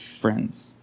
friends